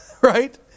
Right